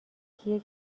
کیه